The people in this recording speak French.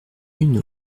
une